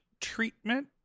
treatment